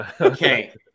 Okay